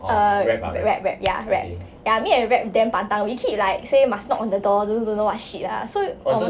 err rab rab ya rab ya me and rab damn pantang we keep like say must knock on the door don't don't know what shit lah ya